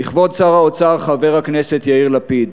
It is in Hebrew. לכבוד שר האוצר, חבר הכנסת יאיר לפיד,